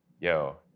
Yo